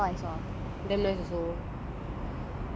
I like the dark chocolate the seventy or eighty percent cocoa